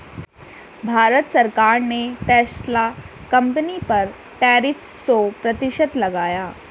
भारत सरकार ने Tesla company पर टैरिफ सो प्रतिशत लगाया